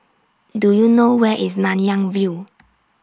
Do YOU know Where IS Nanyang View